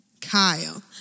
Kyle